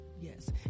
Yes